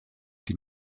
die